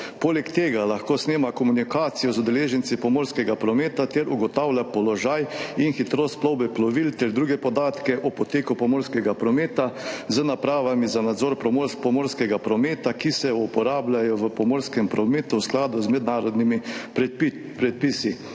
Poleg tega lahko snema komunikacijo z udeleženci pomorskega prometa ter ugotavlja položaj in hitrost plovbe plovil ter druge podatke o poteku pomorskega prometa z napravami za nadzor pomorskega prometa, ki se uporabljajo v pomorskem prometu v skladu z mednarodnimi predpisi.